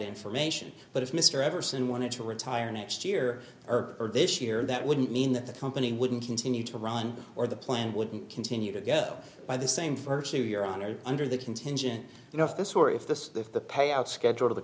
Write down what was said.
information but if mr everson wanted to retire next year or this year that wouldn't mean that the company wouldn't continue to run or the plan wouldn't continue to go by the same for sure your honor under the contingent you know if this were if this if the payout schedule of the